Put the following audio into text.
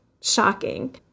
shocking